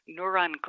neuron